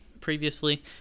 previously